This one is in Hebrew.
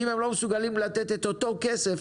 אם הם לא מסוגלים לתת את אותו כסף,